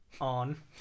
on